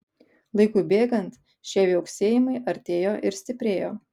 laikui bėgant šie viauksėjimai artėjo ir stiprėjo